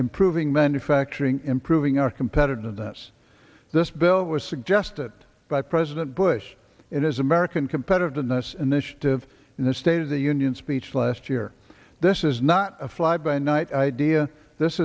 improving manufacturing improving our competitiveness this bill was suggested by president bush in his american competitiveness initiative in the state of the union speech last year this is not a fly by night idea this